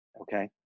Okay